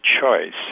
choice